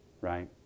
Right